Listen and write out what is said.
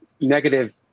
negative